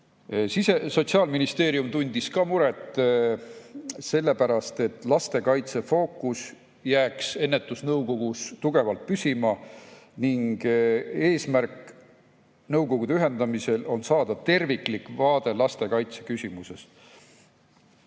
Sotsiaalministeerium tundis muret ka sellepärast, et lastekaitse fookus jääks ennetusnõukogus tugevalt püsima ning nõukogude ühendamise eesmärk on saada terviklik vaade lastekaitse küsimuses.